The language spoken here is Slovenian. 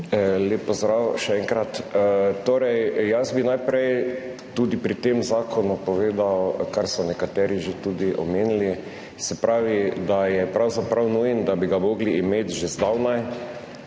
Lep pozdrav še enkrat! Tudi jaz bi najprej pri tem zakonu povedal, kar so nekateri že omenili, da je pravzaprav nujen, da bi ga morali imeti že zdavnaj